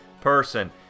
person